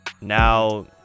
now